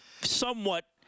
somewhat